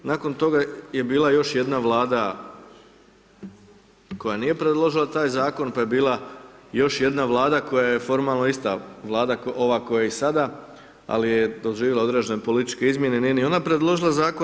Nakon toga je bila još jedna Vlada koja nije predložila taj Zakon, pa je bila još jedna Vlada koja je formalno ista Vlada, ova koja je i sada, ali je doživjela određene političke izmjene, nije ni ona predložila Zakon.